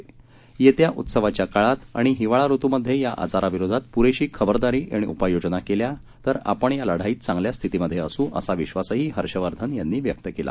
जर येत्या उत्सवाच्या काळात आणि हिवाळा ऋतूमधे या आजाराविरोधात पुरेशी खबरदारी आणि उपाययोजना केल्या तर आपण या लढाईत चांगल्या स्थितीमधे असू असा विश्वासही हर्षवर्धन यांनी व्यक्त केला